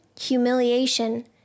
humiliation